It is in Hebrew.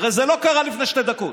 הרי זה לא קרה לפני שתי דקות.